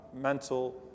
mental